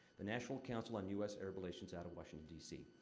the national council on u s arab relations, out of washington d c.